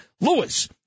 Lewis